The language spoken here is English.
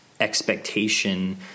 expectation